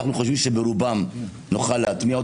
אנחנו חושבים שאת רובן נוכל להטמיע.